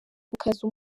gukaza